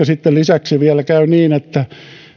sitten lisäksi vielä käy niin että